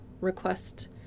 request